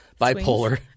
Bipolar